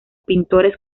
pintores